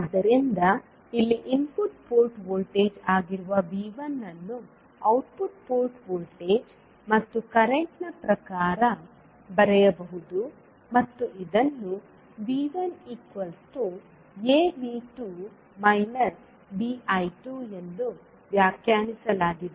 ಆದ್ದರಿಂದ ಇಲ್ಲಿ input port voltage ಆಗಿರುವ V1 ಅನ್ನು ಔಟ್ಪುಟ್ ಪೋರ್ಟ್ ವೋಲ್ಟೇಜ್ ಮತ್ತು ಕರೆಂಟ್ ನ ಪ್ರಕಾರ ಬರೆಯಬಹುದು ಮತ್ತು ಇದನ್ನು V1 AV2 BI2 ಎಂದು ವ್ಯಾಖ್ಯಾನಿಸಲಾಗಿದೆ